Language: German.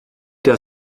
der